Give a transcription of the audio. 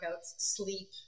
sleep